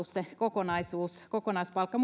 se kokonaispalkka